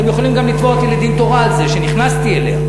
אתם יכולים גם לתבוע אותי לדין תורה על זה שנכנסתי אליה.